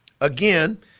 Again